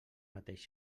mateix